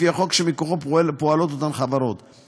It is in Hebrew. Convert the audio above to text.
לפי החוק שמכוחו אותן חברות פועלות.